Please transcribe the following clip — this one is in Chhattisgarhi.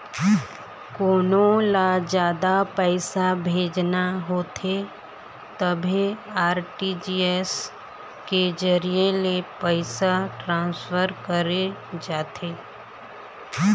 कोनो ल जादा पइसा भेजना होथे तभे आर.टी.जी.एस के जरिए ले पइसा ट्रांसफर करे जाथे